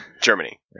Germany